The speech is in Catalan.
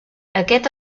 aquest